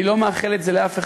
אני לא מאחל את זה לאף אחד,